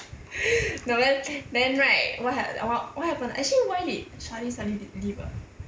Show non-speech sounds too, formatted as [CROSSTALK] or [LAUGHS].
[LAUGHS] no then then right what had what what happened actually why did charlene suddenly le~ leave ah